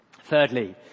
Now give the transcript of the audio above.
Thirdly